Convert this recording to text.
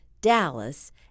Dallas